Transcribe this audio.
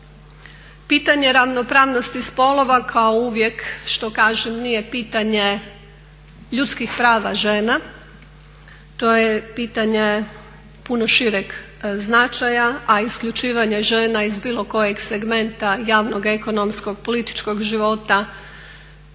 pitanje ravnopravnosti spolova kao uvijek što kažem nije pitanje ljudskih prava žena, to je pitanje puno šireg značaja, a isključivanje žena iz bilo kojeg segmenta javnog, ekonomskog, političkog života